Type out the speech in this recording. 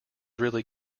really